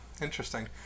Interesting